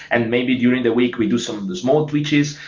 and maybe during the week we do some small twitches,